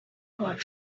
hot